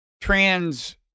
trans